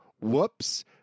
whoops